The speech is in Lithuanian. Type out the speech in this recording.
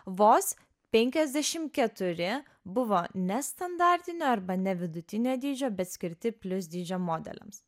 vos penkiasdešim keturi buvo ne standartinio arba ne vidutinio dydžio bet skirti plius dydžio modeliams